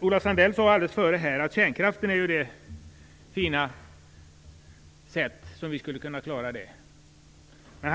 Ola Sundell sade tidigare att kärnkraften är det fina sätt som vi skulle kunna klara detta på.